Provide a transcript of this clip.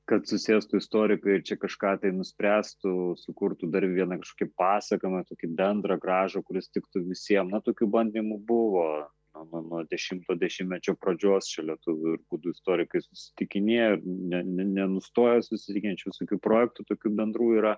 kad susėstų istorikai ir čia kažką tai nuspręstų sukurtų dar vieną kažkokį pasakojimą tokį bendrą gražų kuris tiktų visiem na tokių bandymų buvo na nuo nuo dešimto dešimtmečio pradžios čia lietuvių ir gudų istorikai susitikinėja ne nenustoja sus tikinėt čia visokių projektų tokių bendrų yra